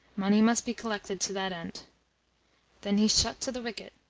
money must be collected to that end then he shut to the wicket.